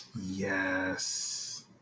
Yes